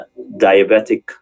diabetic